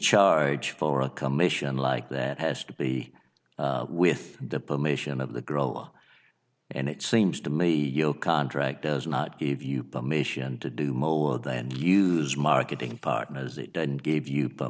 charge for a commission like that has to be with the permission of the grow and it seems to me your contract does not give you permission to do more than use marketing partners it doesn't give you